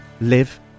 live